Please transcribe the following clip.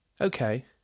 Okay